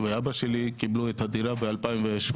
ואבא שלי קיבלו את הדירה ב-2017.